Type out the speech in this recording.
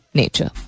nature